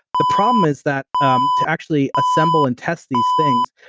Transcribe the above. the problem is that um to actually assemble and test these things,